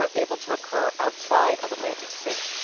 um able to occur outside of atlantic city.